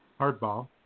Hardball